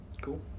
Cool